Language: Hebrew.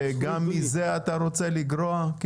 וגם מזה אתה רוצה לגרוע?